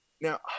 Now